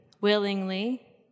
willingly